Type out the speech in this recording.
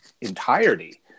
entirety